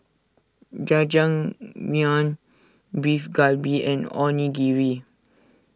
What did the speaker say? Jajangmyeon Beef Galbi and Onigiri